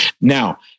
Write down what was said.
Now